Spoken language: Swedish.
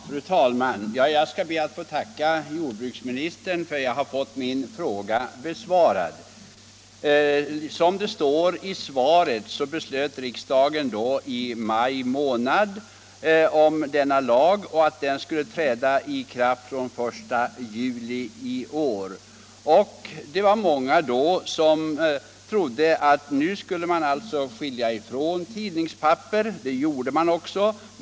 Fru talman! Jag skall be att få tacka jordbruksministern för att jag fått min fråga besvarad. å Som det står i svaret beslöt riksdagen i maj månad om denna lag som skulle träda i kraft fr.o.m. den 1 juli i år. Det var många som då trodde att man nu skulle skilja ifrån tidningspapper från övriga sopor och det gjorde man också.